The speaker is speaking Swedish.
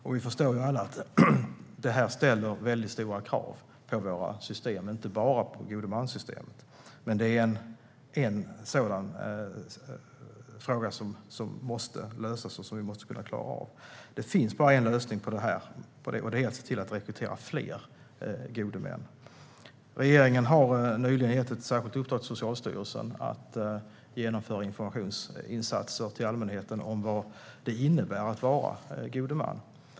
Vi förstår alla att detta ställer väldigt stora krav på våra system - inte bara på godmanssystemet, men det är en sådan fråga som måste lösas och som vi måste kunna klara av. Det finns bara en lösning på det här, och det är att rekrytera fler gode män. Regeringen har nyligen gett ett särskilt uppdrag till Socialstyrelsen att genomföra informationsinsatser till allmänheten om vad det innebär att vara god man.